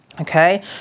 Okay